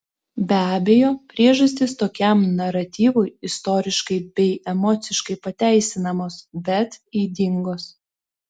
be abejo priežastys tokiam naratyvui istoriškai bei emociškai pateisinamos bet ydingos